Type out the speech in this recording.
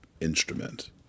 instrument